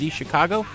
Chicago